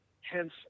hence